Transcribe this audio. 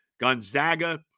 Gonzaga